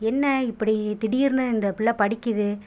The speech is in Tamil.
என்ன இப்படி திடிர்னு இந்தப் பிள்ள படிக்குது